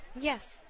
Yes